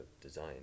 design